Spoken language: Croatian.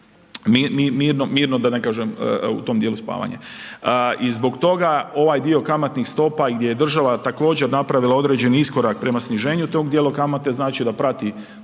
mirno da ne kažem, u tom dijelu spavanje. I zbog toga ovaj dio kamatnih stopa gdje je država također napravila određeni iskorak prema sniženju tog dijela kamate, znači da prati